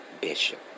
Bishop